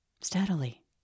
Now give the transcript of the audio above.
steadily